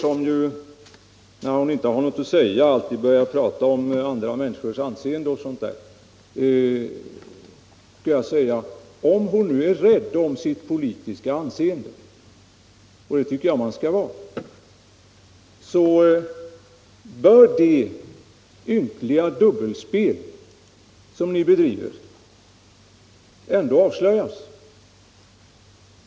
När fru Mogård inte har något att säga, börjar hon alltid prata om andra människors anseende m.m. Om fru Mogård nu är rädd om sitt politiska anseende — och det tycker jag man skall vara — bör det ynkliga dubbelspel som ni bedriver ändå avslöjas.